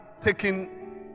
taking